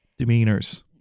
demeanors